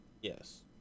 Yes